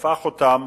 הפך אותם